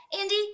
Andy